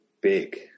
big